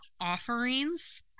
offerings